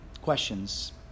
questions